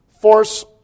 force